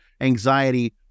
anxiety